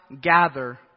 gather